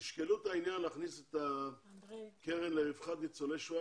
תשקלו את העניין להכניס את הקרן לרווחת ניצולי השואה